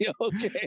okay